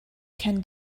can